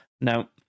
Now